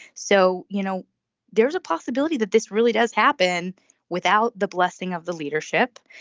so you know there is a possibility that this really does happen without the blessing of the leadership.